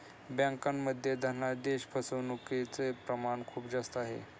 बँकांमध्ये धनादेश फसवणूकचे प्रमाण खूप जास्त आहे